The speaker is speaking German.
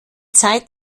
zeit